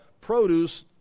produce